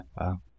Wow